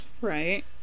Right